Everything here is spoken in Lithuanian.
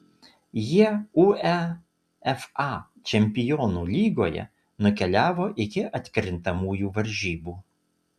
jie uefa čempionų lygoje nukeliavo iki atkrintamųjų varžybų